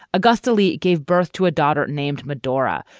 agusta lee gave birth to a daughter named medora,